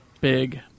Big